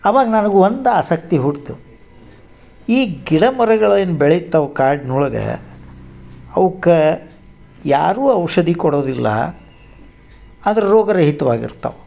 ಅವಾಗ ನನಗೆ ಒಂದು ಆಸಕ್ತಿ ಹುಟ್ತು ಈ ಗಿಡ ಮರಗಳು ಏನು ಬೆಳಿತವೆ ಕಾಡ್ನೊಳಗ ಅವುಕ್ಕಾ ಯಾರು ಔಷಧಿ ಕೊಡೋದಿಲ್ಲ ಅದು ರೋಗರಹಿತವಾಗಿ ಇರ್ತವ